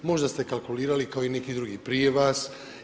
Možda ste kalkulirali kao i neki drugi prije vas.